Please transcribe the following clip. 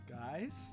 Guys